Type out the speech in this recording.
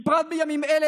בפרט בימים האלה,